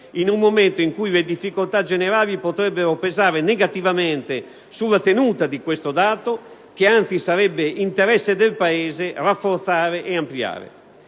in un momento in cui le difficoltà generali potrebbero pesare negativamente sulla tenuta di questo dato che anzi sarebbe interesse del Paese rafforzare ed ampliare.